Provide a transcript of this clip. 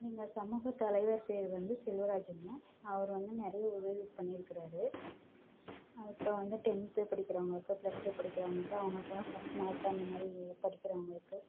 எங்கள் சமூகத் தலைவர் பெயரு வந்து செல்வராஜ்ங்க அவர் வந்து நிறைய உதவி பண்ணிருக்கிறாரு இப்போ வந்து டென்த்து படிக்கிறவங்களுக்கு ப்ளஸ் டூ படிக்கிறவங்களுக்கு அவங்களுக்குலாம் ஃபஸ்ட் மார்க் அந்த மாதிரி படிக்கிறவங்களுக்கு